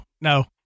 no